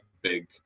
big